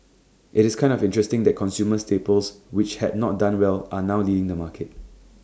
IT is kind of interesting that consumer staples which had not done well are now leading the market